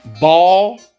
Ball